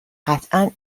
قطعا